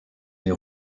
les